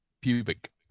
Pubic